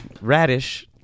radish